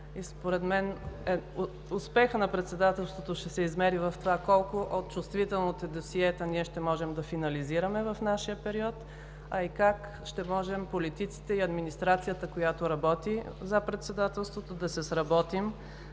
според мен успехът на Председателството ще се измери в това колко от чувствителните досиета ние ще можем да финализираме в нашия период, а и как ще можем политиците и администрацията, която работи за Председателството, да се сработим,